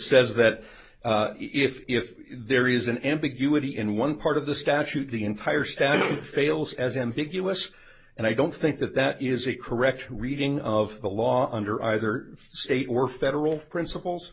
says that if there is an ambiguity in one part of the statute the entire standard fails as ambiguous and i don't think that that is a correction reading of the law under either state or federal principles